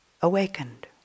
awakened